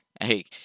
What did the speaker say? Hey